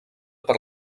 per